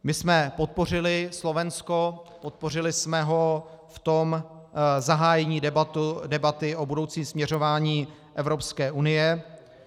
My jsme podpořili Slovensko, podpořili jsme ho v zahájení debaty o budoucím směřování Evropské unie.